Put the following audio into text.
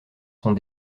sont